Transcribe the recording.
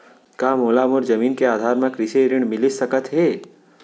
का मोला मोर जमीन के आधार म कृषि ऋण मिलिस सकत हे?